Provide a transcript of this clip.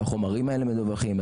והחומרים האלה מדווחים.